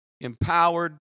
empowered